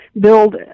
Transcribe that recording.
build